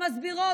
מסבירות,